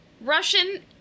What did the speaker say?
Russian